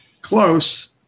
Close